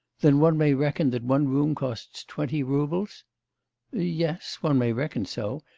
then one may reckon that one room costs twenty roubles yes, one may reckon so.